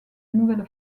nouvelle